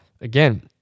again